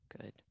Good